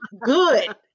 good